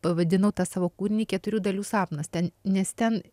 pavadinau tą savo kūrinį keturių dalių sapnas ten nes ten